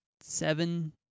seven